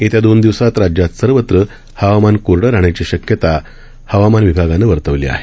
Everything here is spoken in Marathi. येत्या दोन दिवसात राज्यात सर्वत्र हवामान कोरडं राहण्याची शक्यता हवामान विभागानं वर्तवली आहे